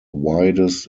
widest